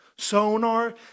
Sonar